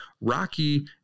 Rocky